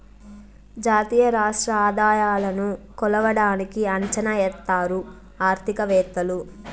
జాతీయ రాష్ట్ర ఆదాయాలను కొలవడానికి అంచనా ఎత్తారు ఆర్థికవేత్తలు